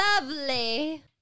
lovely